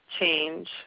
change